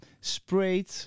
sprayed